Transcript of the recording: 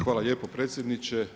Hvala lijepo predsjedniče.